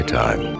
time